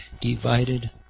divided